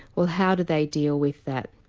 well how do they deal with that?